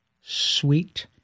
sweet